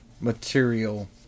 material